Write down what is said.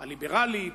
הליברלית,